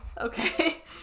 Okay